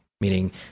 meaning